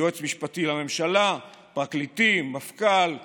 יועץ משפטי לממשלה, פרקליטים, מפכ"ל ועיתונאים.